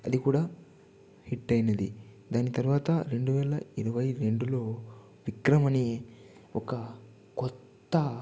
అది కూడా హిట్ అయినది దాని తర్వాత రెండువేల ఇరవైరెండులో విక్రమ్ అనే ఒక కొత్త